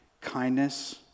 kindness